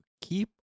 keep